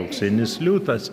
auksinis liūtas